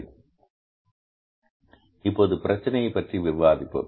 சரி இப்போது பிரச்சினைகளைப் பற்றி விவாதிப்போம்